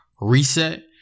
reset